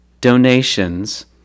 donations